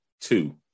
two